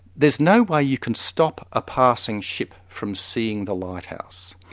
there's no way you can stop a passing ship from seeing the lighthouse.